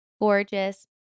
gorgeous